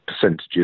percentages